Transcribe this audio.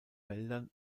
wäldern